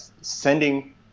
sending